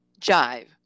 jive